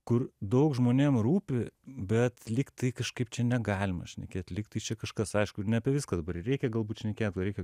kur daug žmonėm rūpi bet lyg tai kažkaip čia negalima šnekėt lyg tai čia kažkas aišku ir ne apie viską reikia galbūt šnekėt o reikia